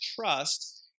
trust